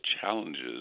challenges